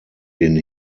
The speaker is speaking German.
den